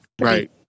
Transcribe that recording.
Right